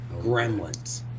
Gremlins